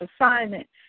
assignment